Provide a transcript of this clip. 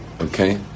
Okay